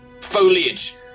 foliage